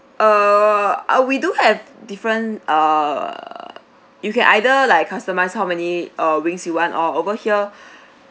err uh we do have different err you can either like customise how many uh wings you want or over here